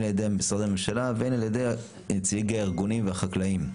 על ידי משרד הממשלה והן על ידי נציגי הארגונים והחקלאים.